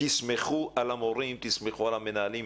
תסמכו על המורים, תסמכו על המנהלים.